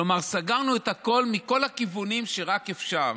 כלומר, סגרנו את הכול מכל הכיוונים שרק אפשר.